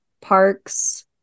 parks